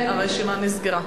הרשימה נסגרה.